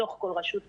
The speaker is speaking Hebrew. בתוך כל רשות מקומית.